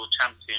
champion